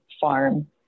farm